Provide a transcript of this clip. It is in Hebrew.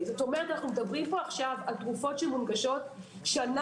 כלומר אנו מדברים על תרופות שמונגשות שנה